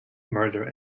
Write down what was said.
murder